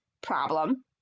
problem